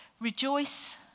Rejoice